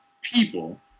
people